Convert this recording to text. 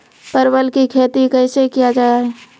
परवल की खेती कैसे किया जाय?